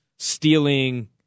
stealing